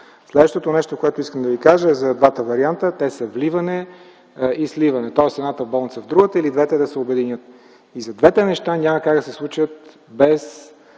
Следващото нещо, което искам да Ви кажа, е за двата варианта. Те са вливане и сливане, тоест едната болница в другата или двете да се обединят. И двете неща няма как да се случат без